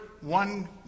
One